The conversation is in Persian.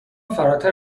فراتر